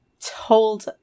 told